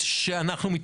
ואת זה אני אומר בתור סבא,